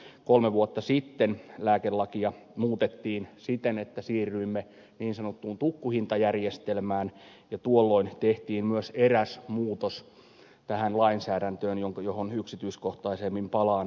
kolme vuotta sitten lääkelakia muutettiin siten että siirryimme niin sanottuun tukkuhintajärjestelmään ja tuolloin tehtiin myös eräs muutos tähän lainsäädäntöön johon yksityiskohtaisemmin palaan